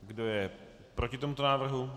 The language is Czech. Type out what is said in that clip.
Kdo je proti tomuto návrhu?